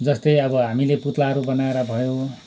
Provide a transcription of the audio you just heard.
जस्तै अब हामीले पुत्लाहरू बनाएर भयो